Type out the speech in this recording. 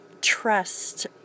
trust